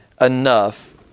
enough